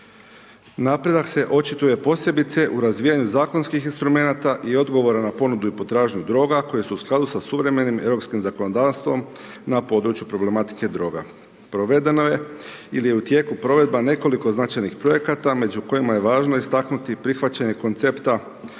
Napredak se očituje posebice u razvijanju zakonskih instrumenata i odgovora na ponudu i potražnju droga koje su u skladu sa suvremenim europskim zakonodavstvom na području problematike droga. Provedeno je ili je u tijeku provedba nekoliko značajnih projekata među kojima je važno istaknuti i prihvaćanje koncepta